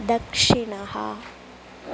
दक्षिणः